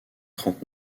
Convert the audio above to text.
trente